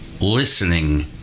listening